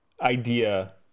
idea